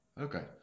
Okay